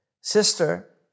sister